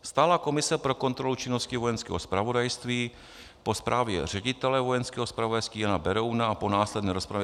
Stálá komise pro kontrolu činnosti Vojenského zpravodajství po zprávě ředitele vojenského zpravodajství Jana Berouna a po následné rozpravě